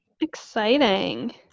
Exciting